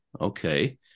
Okay